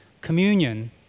Communion